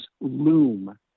Loom